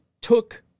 took